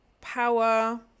power